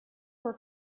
were